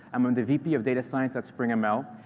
um i'm the vp of data science at springml,